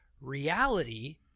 reality